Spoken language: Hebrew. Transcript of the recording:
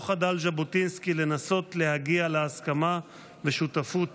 לא חדל ז'בוטינסקי לנסות להגיע להסכמה ושותפות